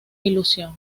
ilusión